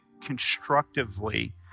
constructively